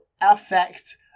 affect